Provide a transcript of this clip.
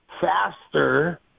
faster